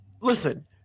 listen